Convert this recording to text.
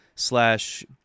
slash